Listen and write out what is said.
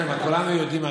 כן כן, כולנו יודעים.